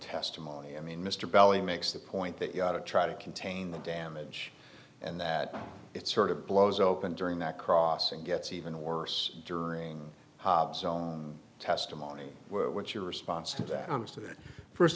testimony i mean mr bally makes the point that you know to try to contain the damage and that it's sort of blows open during that cross and gets even worse during testimony what's your response to that